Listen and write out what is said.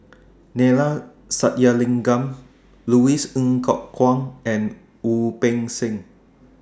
Neila Sathyalingam Louis Ng Kok Kwang and Wu Peng Seng